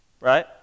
right